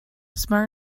smart